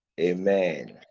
Amen